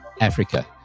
Africa